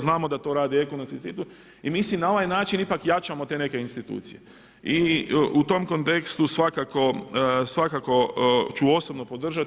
Znamo da to radi Ekonomski institut i mi si na ovaj način ipak jačamo te neke institucije i u tom kontekstu svakako ću osobno podržati.